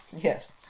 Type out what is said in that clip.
Yes